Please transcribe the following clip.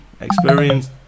experience